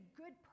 good